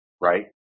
right